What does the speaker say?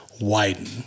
widen